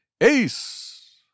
Ace